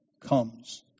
comes